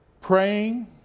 praying